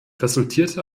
resultierte